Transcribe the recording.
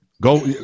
Go